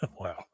Wow